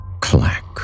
clack